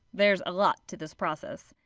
there's a lot to this process.